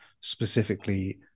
specifically